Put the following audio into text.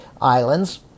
islands